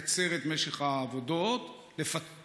הוא משמש עשרות אלפי אנשים שגרים בסביבה לבוא,